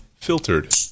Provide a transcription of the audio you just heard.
filtered